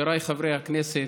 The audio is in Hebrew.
חבריי חברי הכנסת,